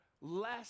less